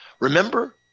remember